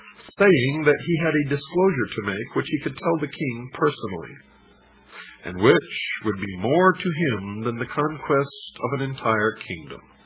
saying that he had a disclosure to make which he could tell the king personally and which would be more to him than the conquest of and kingdom.